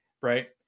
right